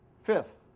fifth,